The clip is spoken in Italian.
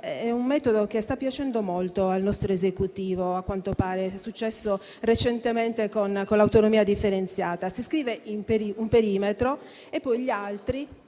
è un metodo che sta piacendo molto all'Esecutivo (è successo recentemente con l'autonomia differenziata): si traccia un perimetro e poi gli altri